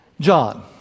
John